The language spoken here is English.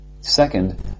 Second